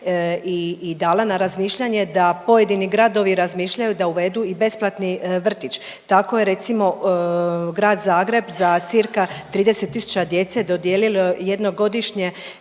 i dala na razmišljanje da pojedini gradovi razmišljaju da uvedu i besplatni vrtić. Tako je recimo Grad Zagreb za cca 30 tisuća djece dodijelilo jednogodišnje